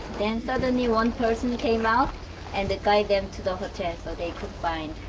then suddenly one person came out and guided them to the hotel, so they could find